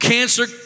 Cancer